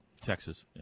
Texas